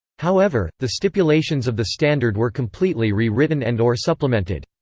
however, the stipulations of the standard were completely re-written and or supplemented.